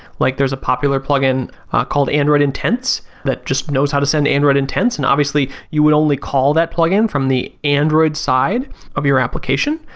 like there is a popular plugin called android intense that just knows how to send android intense and obviously you would only call that plugin from the android side of your application.